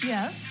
Yes